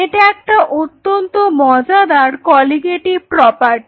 এটা একটা অত্যন্ত মজাদার কলিগেটিভ প্রপার্টি